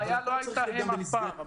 הבעיה לא הייתה הם אף פעם.